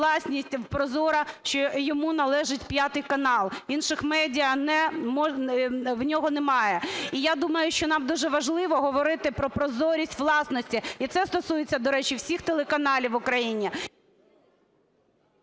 власність прозора, що йому належить "5 канал", інших медіа в нього немає. І я думаю, що нам дуже важливо говорити про прозорість власності і це стосується, до речі, всіх телеканалів в Україні.